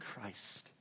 Christ